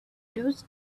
those